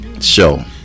Show